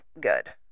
good